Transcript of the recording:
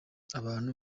abantu